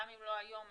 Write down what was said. גם אם לא היום,